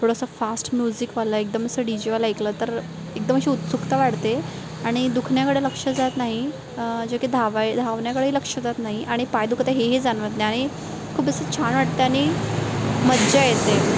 थोडंसं फास्ट म्युझिकवाला एकदम असं डी जेवाला ऐकलं तर एकदम अशी उत्सुकता वाढते आणि दुखण्याकडे लक्ष जात नाही जे काही धावाय धावण्याकडेही लक्ष जात नाही आणि पाय दुखत आहे हे ही जाणवत नाही आणि खूप असं छान वाटतं आणि मज्जा येते